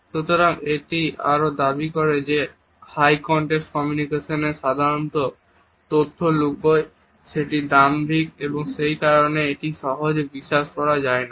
সুতরাং এটি আরও দাবি করে যে হাই কন্টাক্ট কমিউনিকেশন সাধারণত তথ্য লুকোয় সেটি দাম্ভিক এবং সেই কারণে এটিকে সহজে বিশ্বাস করা যায় না